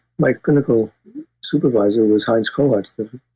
my clinical supervisor was heinz kohut,